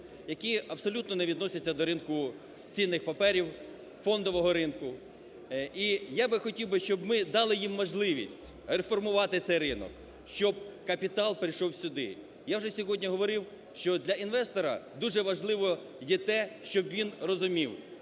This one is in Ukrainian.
які абсолютно не відносяться до ринку цінних паперів, фондового ринку. І я би хотів, щоб ми дали їм можливість реформувати цей ринок, щоб капітал прийшов сюди. Я вже сьогодні говорив, що для інвестора дуже важливо є те, щоб він розумів,